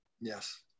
Yes